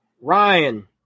Ryan